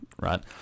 right